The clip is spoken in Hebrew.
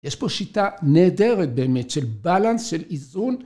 יש פה שיטה נהדרת באמת של בלאנס, של איזון.